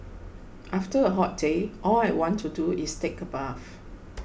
after a hot day all I want to do is take a bath